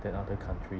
than other countrie~